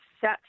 set